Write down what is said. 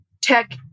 tech